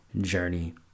journey